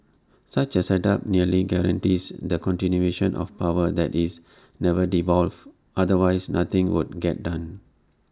such A setup nearly guarantees the continuation of power that is never devolved otherwise nothing would get done